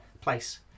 place